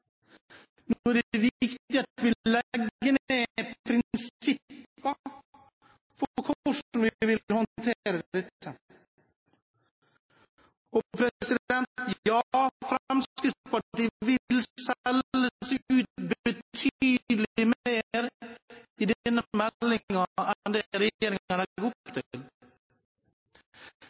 det viktig at vi legger prinsippene for hvordan vi vil håndtere dette. Og: Ja, Fremskrittspartiet vil selge seg ut betydelig mer enn det regjeringen legger opp til i denne